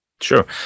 Sure